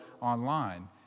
online